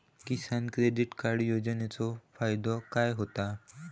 किसान credit card योजनेचो फायदो काय होता?